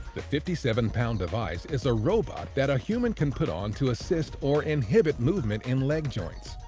the fifty seven pound device is a robot that a human can put on to assist or inhibit movement in leg joints.